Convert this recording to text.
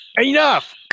enough